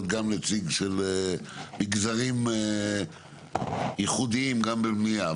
גם נציג של מגזרים ייחודיים גם בבנייה.